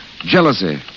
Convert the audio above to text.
jealousy